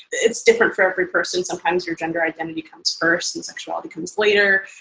it's different for every person. sometimes your gender identity comes first and sexuality comes later.